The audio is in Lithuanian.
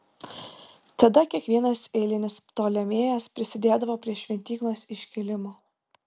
tada kiekvienas eilinis ptolemėjas prisidėdavo prie šventyklos iškilimo